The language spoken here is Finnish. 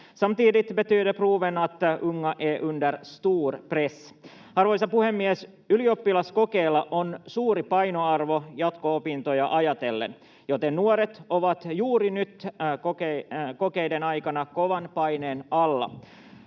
Samtidigt betyder proven att unga är under stor press. Arvoisa puhemies! Ylioppilaskokeella on suuri painoarvo jatko-opintoja ajatellen, joten nuoret ovat juuri nyt, kokeiden aikana, kovan paineen alla.